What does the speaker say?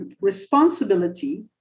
responsibility